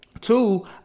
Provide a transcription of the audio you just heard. two